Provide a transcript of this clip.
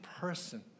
person